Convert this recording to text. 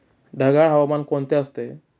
ढगाळ हवामान कोणते असते?